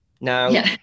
Now